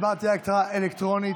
ההצבעה תהיה הצבעה אלקטרונית.